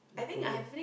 Korean